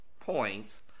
points